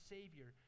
Savior